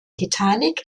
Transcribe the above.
titanic